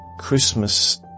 Christmas